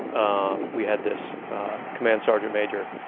um we had this command sergeant major,